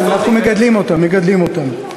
אנחנו מגדלים אותן, מגדלים אותן.